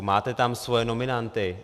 Máte tam svoje nominanty.